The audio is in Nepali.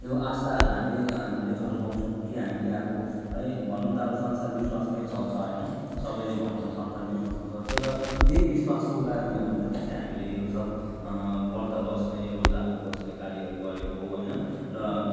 यो आस्थाहरू हामी हामीले झल्काउँछौँ कि हामीले अब है भन्नु त अब संसार विश्वासमै चल्छ होइन सबैले भन्छ संसार विश्वासमा चल्छ र यही विश्वासको कारणले गर्दाखेरि चाहिँ हामीले यो सब व्रत बस्ने रोजाहरू बस्ने कार्यहरू गरेको हो होइन र